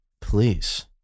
please